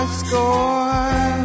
score